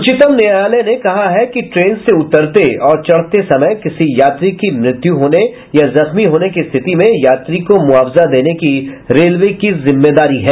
उच्चतम न्यायालय ने कहा है कि ट्रेन से उतरते और चढ़ते समय किसी यात्री की मृत्यु होने या जख्मी होने की स्थिति में यात्री को मुआवजा देने की रेलवे की जिम्मेदारी है